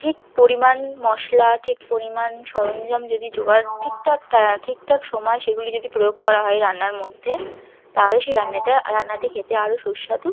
ঠিক পরিমাণ মশলা ঠিক পরিমাণ সরঞ্জাম যদি জোগাড় ঠিকঠাক টা ঠিকঠাক সময় সেগুলি যদি প্রয়োগ করা হয় রান্নার মধ্যে তাহলে সেই রান্নাটা রান্নাটি খেতে আরো সুস্বাদু